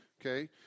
okay